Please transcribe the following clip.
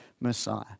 messiah